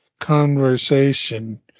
conversation